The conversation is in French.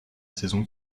saison